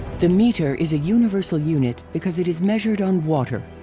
the meter is a universal unit because it is measured on water.